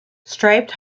striped